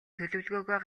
төлөвлөгөөгөө